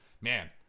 man